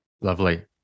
Lovely